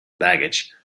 baggage